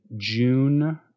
June